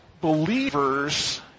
believers